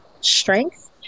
strength